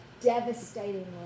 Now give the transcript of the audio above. devastatingly